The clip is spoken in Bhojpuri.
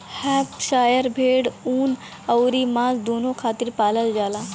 हैम्पशायर भेड़ ऊन अउरी मांस दूनो खातिर पालल जाला